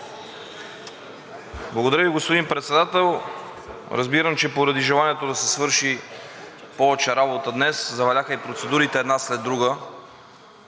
Благодаря Ви, господин Председател. Разбирам, че поради желанието да се свърши повече работа днес, заваляха и процедурите една след друга.